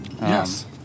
Yes